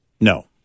No